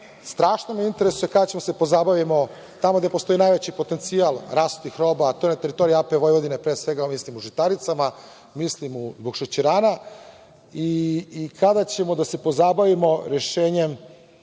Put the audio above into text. Strašno me interesuje kada ćemo da se pozabavimo, tamo gde postoji najveći potencijal rasutih roba, a to je na teritoriji AP Vojvodine, pre svega mislim u žitaricama, mislim zbog šećerana. Kada ćemo da se pozabavimo rešenjem